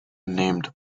nicknamed